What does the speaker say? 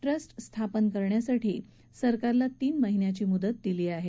trust स्थापन करण्यासाठी सरकारला तीन महिन्यांची मुदत दिली आहे